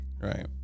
Right